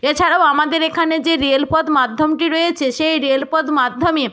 এছাড়াও আমাদের এখানে যে রেলপথ মাধ্যমটি রয়েছে সেই রেলপথ মাধ্যমে